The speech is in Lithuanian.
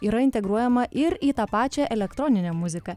yra integruojama ir į tą pačią elektroninę muziką